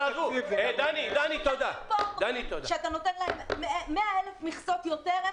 הלולנים פה אומרים שכשאתה נותן להם 100,000 מכסות יותר,